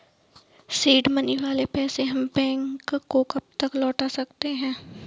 Seed money वाले पैसे हम बैंक को कब तक लौटा सकते हैं?